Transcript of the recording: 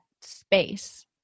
space